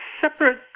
separate